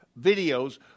videos